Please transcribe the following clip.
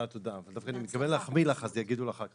דווקא אני מתכוון להחמיא לך, אז יגידו לך אחר כך.